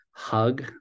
hug